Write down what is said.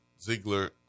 Ziegler